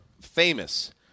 famous